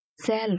self